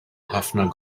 ħafna